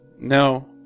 No